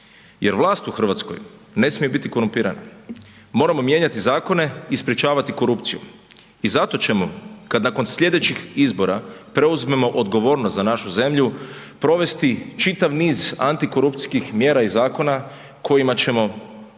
jer vlast u Hrvatskoj ne smije biti korumpirana. Moramo mijenjati zakone i sprječavati korupciju i zato ćemo kad nakon slijedećih izbora preuzmemo odgovornost za našu zemlju, provesti čitav niz antikorupcijskih mjera i zakona kojima ćemo ići